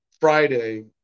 Friday